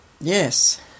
Yes